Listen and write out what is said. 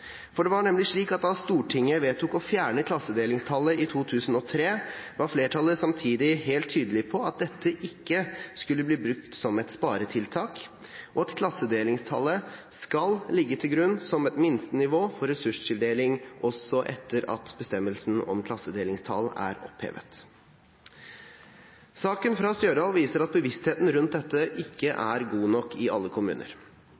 Det var nemlig slik at da Stortinget vedtok å fjerne klassedelingstallet i 2003, var flertallet samtidig helt tydelig på at dette ikke skulle bli brukt som et sparetiltak, og at klassedelingstallet skulle ligge til grunn som et minstenivå for ressurstildeling, også etter at bestemmelsen om klassedelingstall var opphevet. Saken fra Stjørdal viser at bevisstheten rundt dette ikke er god nok i alle kommuner.